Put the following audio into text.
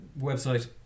website